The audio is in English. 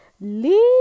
Leave